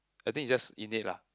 I think it just innate lah